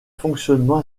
fonctionnement